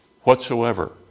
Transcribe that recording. whatsoever